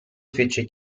fece